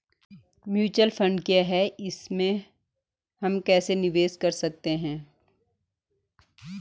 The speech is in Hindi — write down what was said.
म्यूचुअल फण्ड क्या है इसमें हम कैसे निवेश कर सकते हैं?